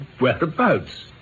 Whereabouts